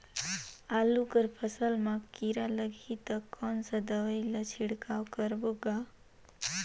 आलू कर फसल मा कीरा लगही ता कौन सा दवाई ला छिड़काव करबो गा?